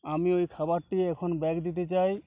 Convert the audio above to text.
আমি ওই খাবারটি এখন ব্যাক দিতে চাই